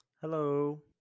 hello